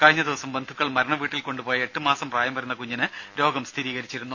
കഴിഞ്ഞ ദിവസം ബന്ധുക്കൾ മരണ വീട്ടിൽ കൊണ്ടുപോയ എട്ട് മാസം പ്രായം വരുന്ന കുഞ്ഞിന് രോഗം സ്ഥിരീകരിച്ചിരുന്നു